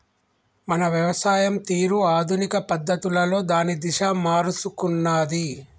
మన వ్యవసాయం తీరు ఆధునిక పద్ధతులలో దాని దిశ మారుసుకున్నాది